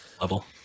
level